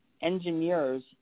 engineers